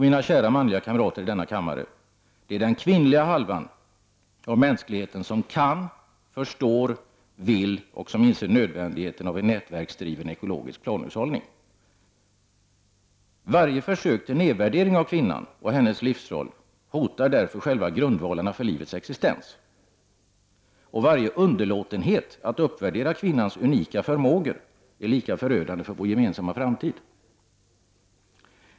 Mina kära manliga kamrater i denna kammare! Det är den kvinnliga halvan av mänskligheten som kan, förstår, vill och inser nödvändigheten av en nätverksdriven ekologisk planhushållning! Varje försök till nedvärdering av kvinnan och hennes livsroll hotar därför själva grundvalarna för livets existens. Och varje underlåtenhet att uppvärdera kvinnans unika förmågor är lika förödande för vår gemensamma framtid.